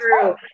true